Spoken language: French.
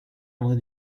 andré